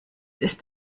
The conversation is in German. ist